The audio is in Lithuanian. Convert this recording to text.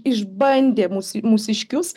išbandė mūs mūsiškius